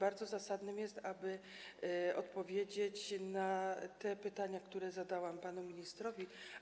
Bardzo zasadne jest, aby odpowiedzieć na te pytania, które zadałam panu ministrowi.